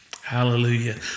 Hallelujah